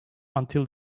until